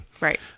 Right